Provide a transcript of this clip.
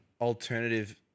alternative